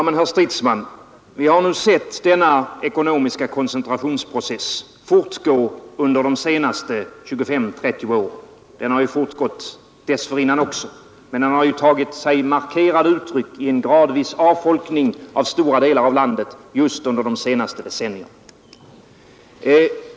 Herr talman! Vi har nu, herr Stridsman, sett denna ekonomiska koncentrationsprocess fortgå under de senaste 25—30 åren. Den har fortgått även dessförinnan, men den har tagit sig markerade uttryck i en gradvis avfolkning av stora delar av landet just under de senaste decennierna.